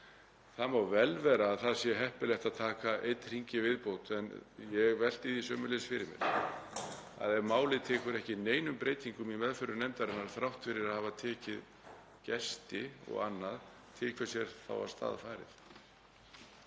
Það má vel vera að það sé heppilegt að taka einn hring í viðbót. En ég velti því sömuleiðis fyrir mér að ef málið tekur ekki neinum breytingum í meðförum nefndarinnar, þrátt fyrir að hafa tekið gesti og annað, til hvers er þá af stað farið?